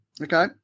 Okay